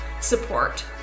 support